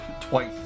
twice